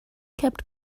kept